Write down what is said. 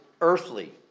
earthly